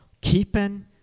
keeping